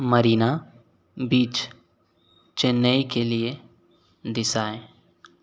Marina beach Chennai के लिए दिशाएं